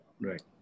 right